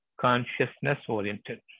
consciousness-oriented